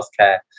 healthcare